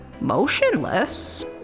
motionless